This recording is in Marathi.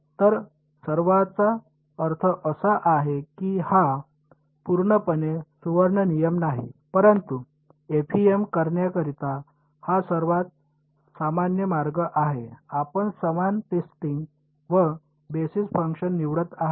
तर सर्वाचा अर्थ असा आहे की हा पूर्णपणे सुवर्ण नियम नाही परंतु एफईएम करण्याकरिता हा सर्वात सामान्य मार्ग आहे आपण समान टेस्टिंग व बेसिस फंक्शन निवडत आहात